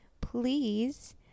please